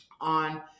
on